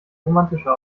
romantischer